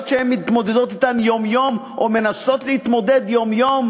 שהם מתמודדים אתן יום-יום או מנסים להתמודד אתן יום-יום?